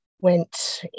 went